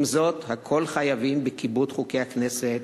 עם זאת, הכול חייבים בכיבוד חוקי הכנסת,